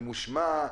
ממושמע,